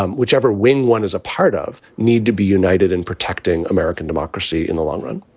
um whichever win one is a part of. need to be united in protecting american democracy in the long run